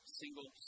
single